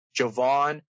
Javon